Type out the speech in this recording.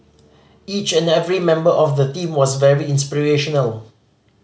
each and every member of the team was very inspirational